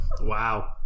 Wow